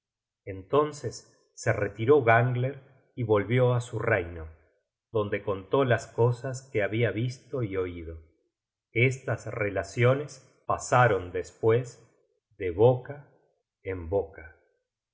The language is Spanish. entonces se retiro gangler y volvió á su reino donde contó las cosas que habia visto y oido estas relaciones pasaron despues de boca en boca